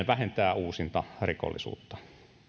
vähentää uusintarikollisuutta